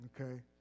Okay